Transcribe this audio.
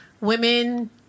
Women